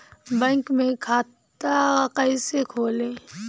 Bank में खाता कैसे खोलें?